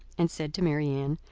and said to marianne,